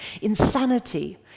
Insanity